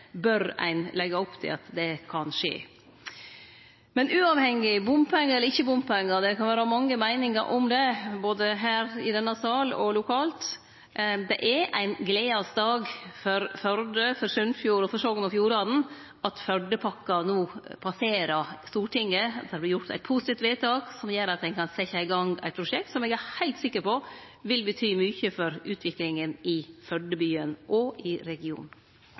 bør ein leggje opp til kan skje. Men uavhengig av bompengar eller ikkje bompengar – det kan vere mange meiningar om det, både her i denne salen og lokalt – det er ein gledas dag for Førde, for Sunnfjord og for Sogn og Fjordane når Førdepakken no passerer Stortinget, at det vert gjort eit positivt vedtak som gjer at ein kan setje i gang eit prosjekt som eg er heilt sikker på vil bety mykje for utviklinga i Førde-byen og i regionen.